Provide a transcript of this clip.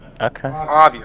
Okay